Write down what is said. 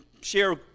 share